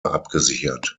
abgesichert